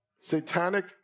Satanic